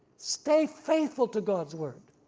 stay faithful to god's word